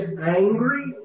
angry